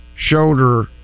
shoulder